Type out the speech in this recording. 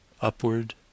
upward